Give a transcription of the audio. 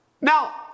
Now